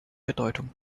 bedeutung